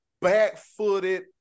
back-footed